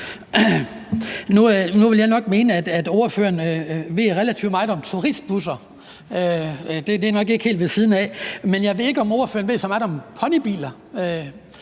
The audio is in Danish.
Nu vil jeg nok mene, at ordføreren ved relativt meget om turistbusser. Det er nok ikke helt ved siden af. Jeg ved ikke, om ordføreren ved så meget om ponybiler,